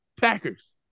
Packers